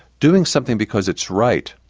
doing something because it's right,